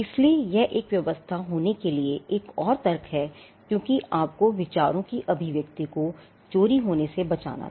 इसलिए यह एक व्यवस्था होने के लिए एक और तर्क है क्योंकि आपको विचारों की अभिव्यक्ति को चोरी होने से बचाना था